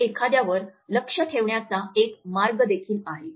हे एखाद्यावर लक्ष ठेवण्याचा एक मार्ग देखील आहे